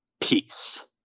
peace